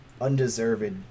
undeserved